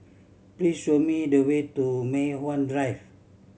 please show me the way to Mei Hwan Drive